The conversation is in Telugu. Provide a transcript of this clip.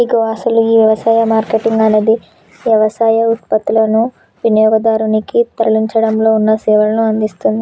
ఇగో అసలు గీ యవసాయ మార్కేటింగ్ అనేది యవసాయ ఉత్పత్తులనుని వినియోగదారునికి తరలించడంలో ఉన్న సేవలను అందిస్తుంది